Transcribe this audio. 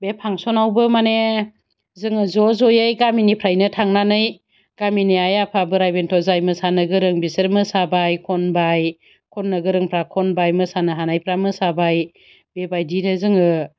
बे फांसनावबो माने जोङो ज' जयै गामिनिफ्रायनो थांनानै गामिनि आइ आफा बोराय बेन्थ' जाय मोसानो गोरों बिसोर मोसाबाय खनबाय खन्नो गोरोंफ्रा खनबाय मोसानो हानायफ्रा मोसाबाय बेबायदिनो जोङो